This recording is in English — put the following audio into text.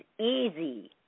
easy